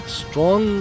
strong